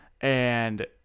and-